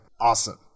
awesome